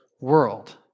world